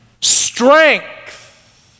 Strength